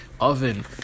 oven